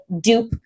dupe